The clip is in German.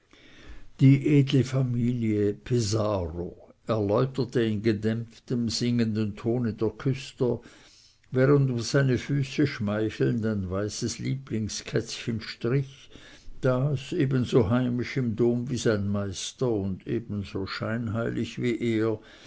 die edle familie pesaro erläuterte in gedämpftem singendem tone der küster während um seine füße schmeichelnd ein weißes lieblingskätzchen strich das ebenso heimisch im dom wie sein meister und ebenso scheinheilig wie er